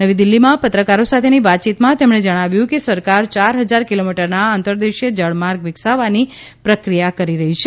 નવી દિલ્ફીમાં પત્રકારો સાથેની વાતચીતમાં તેમણે જણાવ્યું કે સરકાર ચાર હજાર કિલોમીટરના આંતંદેશીય જળમાર્ગ વિકસાવવાની પ્રકિયા રહી છે